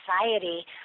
society